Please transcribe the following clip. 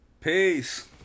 Peace